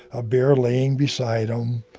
a bear laying beside him.